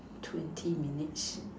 twenty minutes